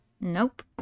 Nope